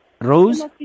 rose